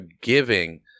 giving